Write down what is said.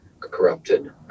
corrupted